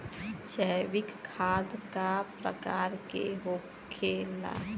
जैविक खाद का प्रकार के होखे ला?